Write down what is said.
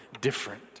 different